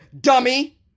dummy